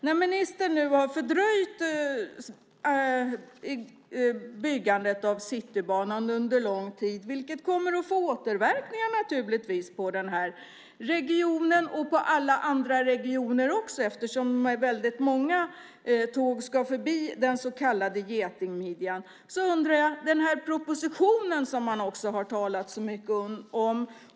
När ministern nu har fördröjt byggandet av Citybanan under lång tid kommer det naturligtvis att få återverkningar på den här regionen - och på alla andra regioner också eftersom väldigt många tåg ska förbi den så kallade getingmidjan. Då undrar jag över den här propositionen som man har talat så mycket om.